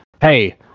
hey